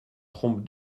trompe